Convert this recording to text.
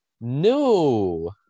no